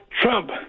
Trump